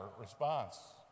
response